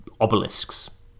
obelisks